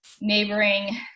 neighboring